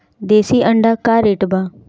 देशी अंडा का रेट बा?